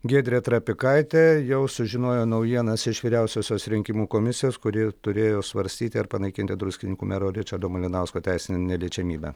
giedrė trapikaitė jau sužinojo naujienas iš vyriausiosios rinkimų komisijos kuri turėjo svarstyti ar panaikinti druskininkų mero ričardo malinausko teisinę neliečiamybę